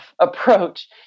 approach